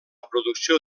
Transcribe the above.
producció